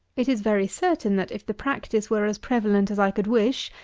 it is very certain, that if the practice were as prevalent as i could wish,